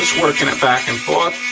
working it back and forth,